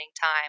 time